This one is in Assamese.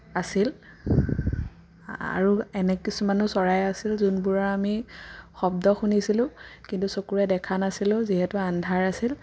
আছিল আৰু এনে কিছুমানো চৰাই আছিল যোনবোৰৰ আমি শব্দ শুনিছিলোঁ কিন্তু চকুৰে দেখা নাছিলোঁ যিহেতু আন্ধাৰ আছিল